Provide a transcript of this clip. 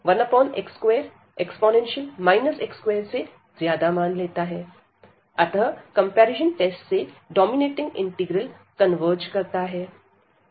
function 1x2 e x2से ज्यादा मान लेता है अतः कंपैरिजन टेस्ट से डोमिनेटिंग इंटीग्रल कन्वर्ज करता है